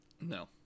no